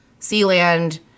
Sealand